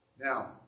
Now